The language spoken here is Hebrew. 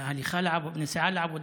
בנסיעה לעבודה,